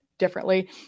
differently